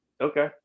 Okay